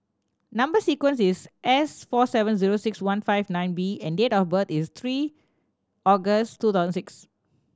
number sequence is S four seven zero six one five nine B and date of birth is three August two thousand six